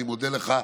אני מודה לך,